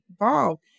involved